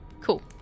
Cool